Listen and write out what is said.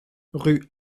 rue